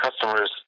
customers